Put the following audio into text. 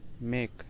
make